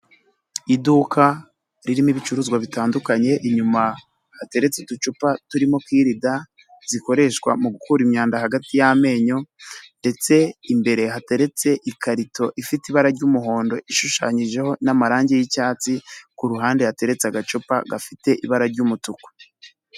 Iduka ririmo ibicuruzwa bitandukanye, inyuma hateretse uducupa turimo kirida zikoreshwa mu gukura imyanda hagati y'amenyo, ndetse imbere hateretse ikarito ifite ibara ry'umuhondo ishushanyijeho n'amarangi y'icyatsi, ku ruhande yateretse agacupa gafite ibara ry'umutuku.